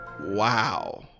Wow